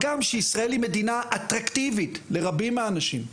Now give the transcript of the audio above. מה גם שישראל היא מדינה אטרקטיבית לרבים מהאנשים.